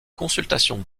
consultations